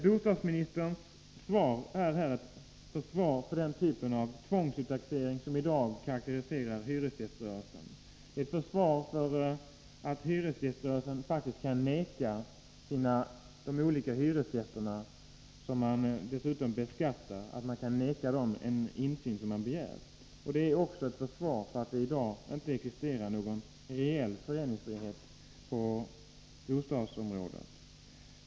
Bostadsministerns svar här är ett försvar för den typ av tvångsuttaxering som i dag karakteriserar hyresgäströrelsen, ett försvar för att hyresgäströrelsen faktiskt kan vägra de olika hyresgästerna — som man dessutom beskattar — en insyn som de begär. Det är också ett försvar för att det i dag inte existerar någon reell föreningsfrihet på bostadsområdet.